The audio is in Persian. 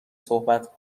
صحبت